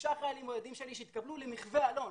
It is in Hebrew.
ש-6 חיילים בודדים שלי יתקבלו למחו"ה אלון,